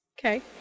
Okay